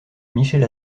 michel